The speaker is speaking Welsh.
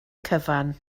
cyfan